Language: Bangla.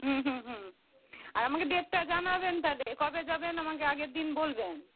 হুম হুম হুম আর আমাকে ডেটটা জানাবেন তাহলে কবে যাবেন আমাকে আগের দিন বলবেন